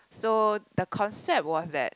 so the concept was that